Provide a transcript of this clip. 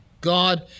God